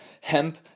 Hemp